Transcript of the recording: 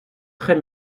très